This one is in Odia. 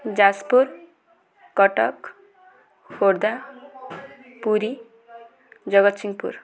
ଯାଜପୁର କଟକ ଖୋର୍ଦ୍ଧା ପୁରୀ ଜଗତସିଂହପୁର